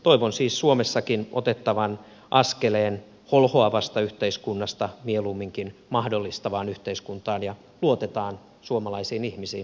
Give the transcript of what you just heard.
toivon siis suomessakin otettavan askeleen holhoavasta yhteiskunnasta mieluumminkin mahdollistavaan yhteiskuntaan ja luotetaan suomalaisiin ihmisiin